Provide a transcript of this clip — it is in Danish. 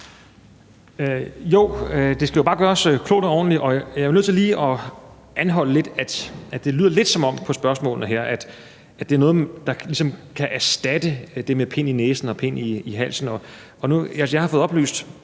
Jo, det skal jo bare gøres klogt og ordentligt. Jeg er nødt til lige at anholde det lidt, for det lyder på spørgsmålene her lidt, som om det er noget, der kan erstatte det med pind i næsen og pind i halsen. Jeg har fået oplyst,